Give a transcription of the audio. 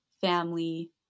family